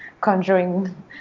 Conjuring